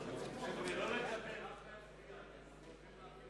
הואיל ועדיין לא תם מועד שלוש הדקות אני אתחיל בעוד דקה.